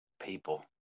people